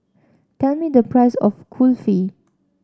tell me the price of Kulfi